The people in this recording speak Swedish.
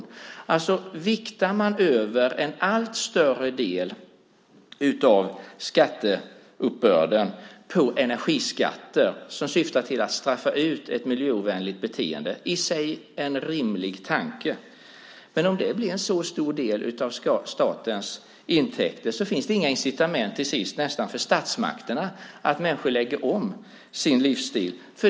Det är i sig en rimlig tanke att man viktar över en allt större del av skatteuppbörden på energiskatter som syftar till att straffa ut ett miljöovänligt beteende. Men om det blir en så stor del av statens intäkter finns det till sist nästan inga incitament för statsmakterna att få människor att lägga om sin livsstil.